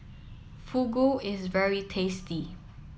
Fugu is very tasty